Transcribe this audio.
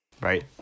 right